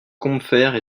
combeferre